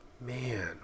Man